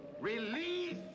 Release